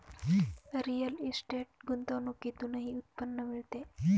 real estate गुंतवणुकीतूनही उत्पन्न मिळते